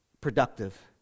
productive